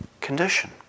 condition